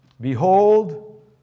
Behold